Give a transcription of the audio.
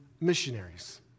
missionaries